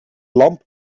lamp